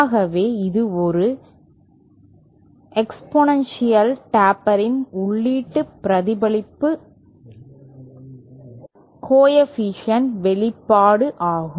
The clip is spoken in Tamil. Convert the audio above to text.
ஆகவே இது ஒரு எக்ஸ்பொனென்ஷியல் டேப்பரின் உள்ளீட்டு பிரதிபலிப்பு கோஎஃபீஷியேன்ட் வெளிப்பாடு ஆகும்